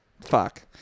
fuck